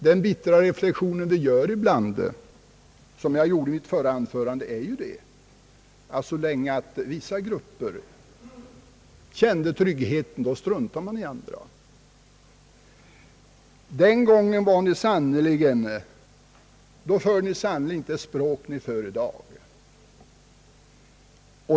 Den bittra reflexion som vi gör ibland och som jag gjorde i mitt förra anförande är ju, att så länge vissa grupper kände tryggheten struntade man i dem som levde otryggt. Den gången förde ni sannerligen inte det språk som ni för i dag!